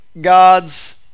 God's